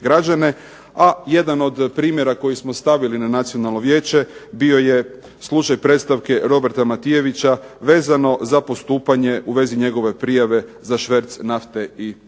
A jedan od primjera koji smo stavili na Nacionalno vijeće bio je slučaj predstavke Roberta Matijevića vezano za postupanje u vezi njegove prijave za šverc nafte i cigareta.